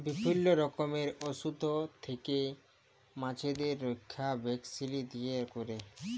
বিভিল্য রকমের অসুখ থেক্যে মাছদের রক্ষা ভ্যাকসিল দিয়ে ক্যরে